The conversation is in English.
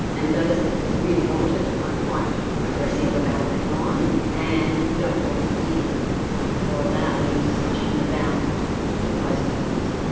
and those that really want it are quite aggressive about that line and don't want to hear or allow any discussion about the pros and cons.